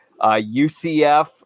UCF